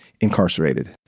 incarcerated